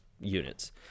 units